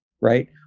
right